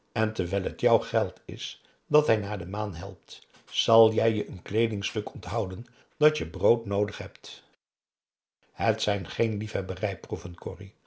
en terwijl het jou geld is dat hij naar de maan helpt zal jij je een kleedingstuk onthouden dat je broodnoodig hebt het zijn geen liefhebberij proeven corrie